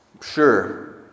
sure